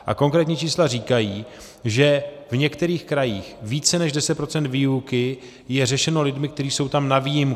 A konkrétní čísla říkají, že v některých krajích více než 10 % výuky je řešeno lidmi, kteří jsou tam na výjimku.